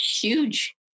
huge